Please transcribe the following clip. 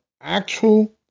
actual